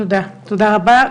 תודה רבה.